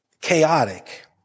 chaotic